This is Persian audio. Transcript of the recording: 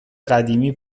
قدیمی